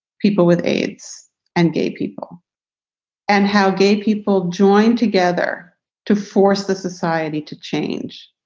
people with aids and gay people and how gay people joined together to force the society to change.